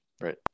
Right